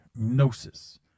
Gnosis